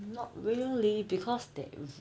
not really because there is